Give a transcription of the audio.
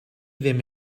ddim